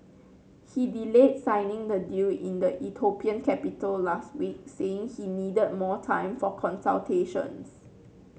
he delayed signing the deal in the Ethiopian capital last week saying he needed more time for consultations